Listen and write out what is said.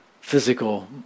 physical